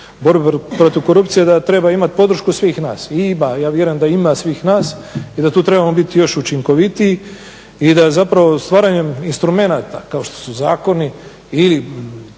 borbe protiv korupcije da treba imat podršku svih nas i ja vjerujem da ima svih nas i da tu trebamo biti još učinkovitiji i da zapravo stvaranjem instrumenata kao što su zakoni i